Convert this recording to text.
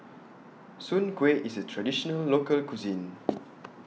Soon Kway IS A Traditional Local Cuisine